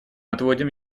отводим